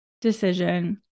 decision